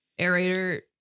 aerator